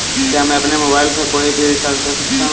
क्या मैं अपने मोबाइल से कोई भी रिचार्ज कर सकता हूँ?